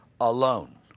alone